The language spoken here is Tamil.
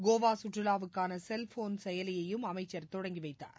கோவா சுற்றுவாவுக்கான செல்போன் செயலியையும் அமைச்சர் தொடங்கி வைத்தார்